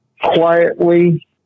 quietly